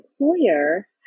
employer